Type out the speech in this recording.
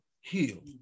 heal